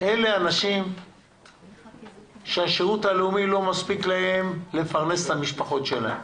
אלה אנשים שהשירות הלאומי לא מספיק להם לפרנס את המשפחות שלהם,